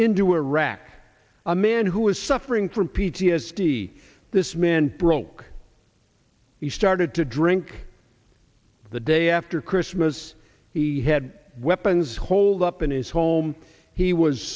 into a rack a man who is suffering from p t s d this man broke he started to drink the day after christmas he had weapons holed up in his home he was